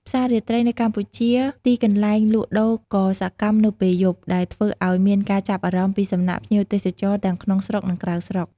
ផ្សារាត្រីនៅកម្ពុជាជាទីកន្លែងលក់ដូរដ៏សកម្មនៅពេលយប់ ដែលធ្វើឲ្យមានការចាប់អារម្មណ៏ពីសំណាក់ភ្ញៀវទេសចរណ៏ទាំងក្នុងស្រុកនិងក្រៅស្រុក។